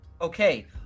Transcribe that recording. Okay